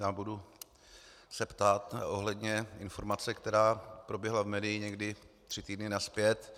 Já se budu ptát ohledně informace, která proběhla v médiích někdy tři týdny nazpět.